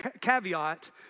caveat